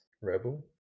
rebel